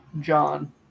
John